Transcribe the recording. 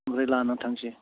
ओमफ्राय लानानै थांसै